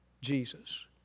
Jesus